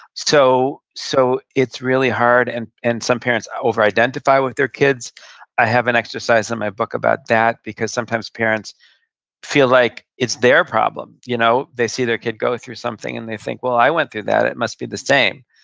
so so it's really hard, and and some parents over-identify with their kids i have an exercise in my book about that, because sometimes parents feel like it's their problem, you know? they see their kid going through something, and they think, well, i went through that. it must be the same.